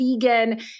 vegan